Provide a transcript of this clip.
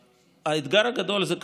האתגר הגדול זה,